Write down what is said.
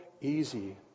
easy